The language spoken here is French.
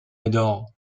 médor